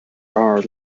are